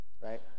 right